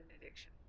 addiction